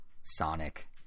Sonic